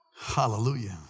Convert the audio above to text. Hallelujah